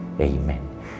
Amen